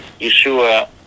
Yeshua